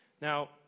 Now